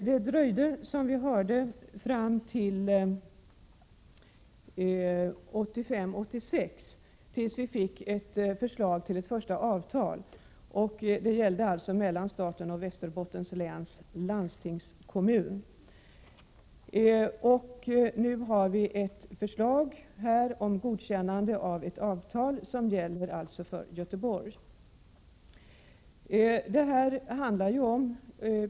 Det dröjde fram till 1985/86 tills vi fick ett förslag till ett första avtal. Det gällde avtalet mellan staten och Västerbottens läns landstingskommun. Nu föreligger ett förslag om godkännande av ett avtal som gäller för Göteborg.